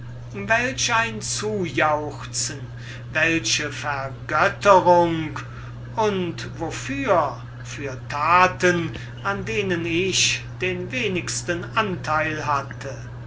welch ein zujauchzen welche vergötterung und wofür für taten an denen ich den wenigsten anteil hatte